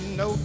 no